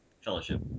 Fellowship